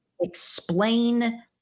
explain